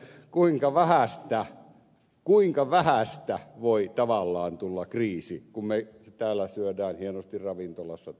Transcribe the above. silloin minä huomasin kuinka vähästä voi tavallaan tulla kriisi kun me täällä syömme hienosti ravintolassa